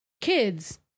kids